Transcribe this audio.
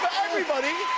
everybody.